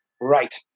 right